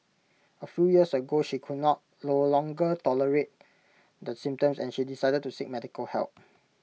A few years ago she could not no longer tolerate the symptoms and she decided to seek medical help